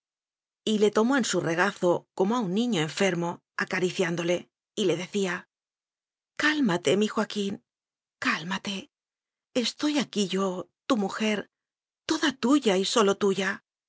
dole y le tomó en su regazo como a un niño en fermo acariciándole y le decía cálmate mi joaquín cálmate estoy aquí yo tu mujer toda tuya y sólo tuya